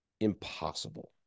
impossible